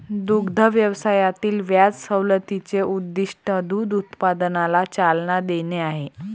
दुग्ध व्यवसायातील व्याज सवलतीचे उद्दीष्ट दूध उत्पादनाला चालना देणे आहे